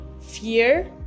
fear